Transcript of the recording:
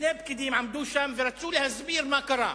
שני פקידים עמדו שם ורצו להסביר מה קרה,